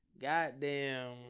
Goddamn